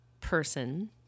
person